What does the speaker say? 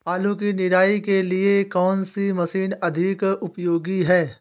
आलू की निराई के लिए कौन सी मशीन अधिक उपयोगी है?